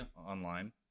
online